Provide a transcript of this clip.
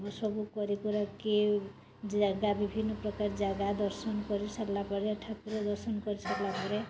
ସବୁ କରିକୁରା କି ଜାଗା ବିଭିନ୍ନ ପ୍ରକାର ଜାଗା ଦର୍ଶନ ସାରିଲାପରେ ଠାକୁର ଦର୍ଶନ କରିସାରିଲା ପରେ